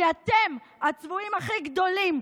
כי אתם הצבועים הכי גדולים,